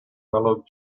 mellow